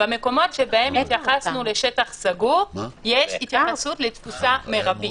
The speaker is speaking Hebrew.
במקומות שבהם התייחסנו לשטח סגור יש התייחסות לתפוסה מרבית.